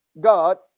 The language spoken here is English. God